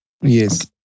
Yes